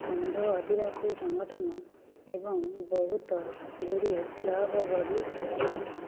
କନ୍ଧ ଆଦିବାସୀ ସଂଗଠନ ଏବଂ ବହୁତ ଗୁଡ଼ିଏ କ୍ଲବ ଗଢ଼ି ଉଠିଛି